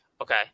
Okay